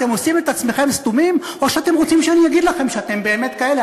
אתם עושים את עצמכם סתומים או שאתם רוצים שאני אגיד לכם שאתם באמת כאלה?